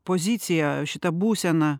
poziciją šitą būseną